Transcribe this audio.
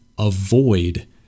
Avoid